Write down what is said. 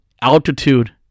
Altitude